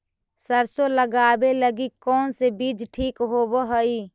सरसों लगावे लगी कौन से बीज ठीक होव हई?